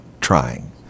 trying